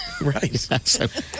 Right